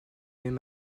même